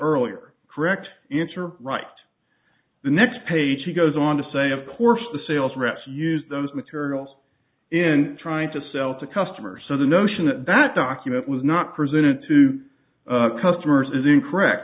earlier correct answer right the next page he goes on to say of course the sales reps use those materials in trying to sell to customers so the notion that document was not presented to customers is incorrect